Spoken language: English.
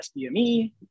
SBME